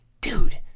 dude